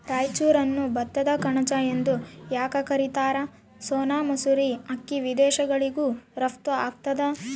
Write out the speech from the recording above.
ರಾಯಚೂರನ್ನು ಭತ್ತದ ಕಣಜ ಎಂದು ಯಾಕ ಕರಿತಾರ? ಸೋನಾ ಮಸೂರಿ ಅಕ್ಕಿ ವಿದೇಶಗಳಿಗೂ ರಫ್ತು ಆಗ್ತದ